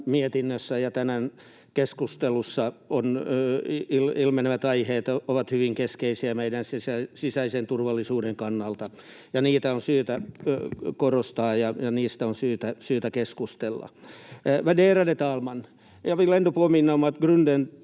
tänään keskustelussa ilmenevät aiheet ovat hyvin keskeisiä meidän sisäisen turvallisuuden kannalta, ja niitä on syytä korostaa, ja niistä on syytä keskustella. Värderade talman!